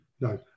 No